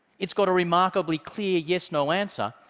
it's got a remarkably clear yes no answer,